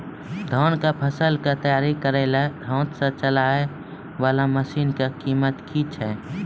धान कऽ फसल कऽ तैयारी करेला हाथ सऽ चलाय वाला मसीन कऽ कीमत की छै?